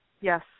Yes